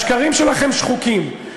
השקרים שלכם שחוקים,